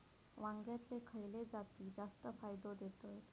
वांग्यातले खयले जाती जास्त फायदो देतत?